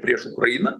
prieš ukrainą